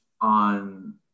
on